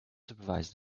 supervise